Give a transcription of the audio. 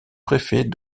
préfet